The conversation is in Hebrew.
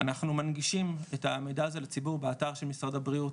אנחנו מנגישים את המידע הזה לציבור באתר של משרד הבריאות,